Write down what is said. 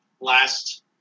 Last